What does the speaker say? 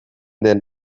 den